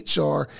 HR